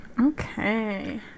okay